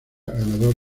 ganador